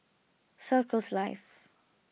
Circles Life